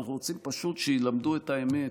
אנחנו פשוט רוצים שילמדו את האמת,